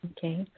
Okay